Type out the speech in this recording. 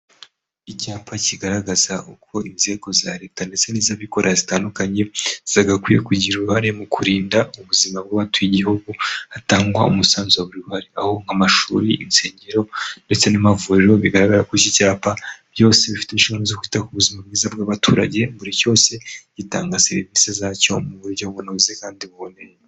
Icyapa kigaragaza uko inzego za leta ndetse niz'abikorera zitandukanye zagakwiye kugira uruhare mu kurinda ubuzima bwabatuye igihugu hatangwa umusanzu buri wese aho nk'amashuri, insengero ndetse n'amavuriro bigaragara kuri iki cyapa byose bifite inshinzi zo kwita ku buzima bwiza bw'abaturage. Buri cyose gitanga serivisi zacyo mu buryo bunoze kandi buboneye.